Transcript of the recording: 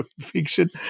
fiction